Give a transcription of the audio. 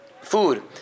food